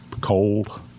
cold